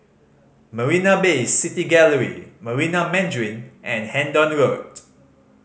Marina Bay City Gallery Marina Mandarin and Hendon Road